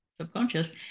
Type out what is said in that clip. subconscious